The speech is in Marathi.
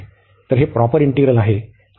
तर हे प्रॉपर इंटिग्रल आहे